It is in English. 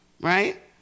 Right